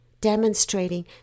demonstrating